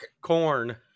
corn